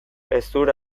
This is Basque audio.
hezur